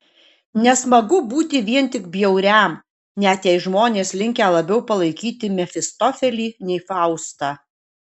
nesmagu būti vien tik bjauriam net jei žmonės linkę labiau palaikyti mefistofelį nei faustą